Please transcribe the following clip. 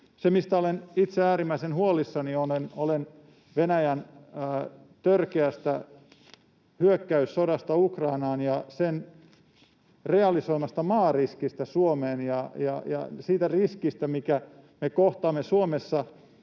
vahvasti. Olen itse äärimmäisen huolissani Venäjän törkeästä hyökkäyssodasta Ukrainaan ja sen realisoimasta maariskistä Suomeen ja siitä riskistä, minkä me kohtaamme Suomessa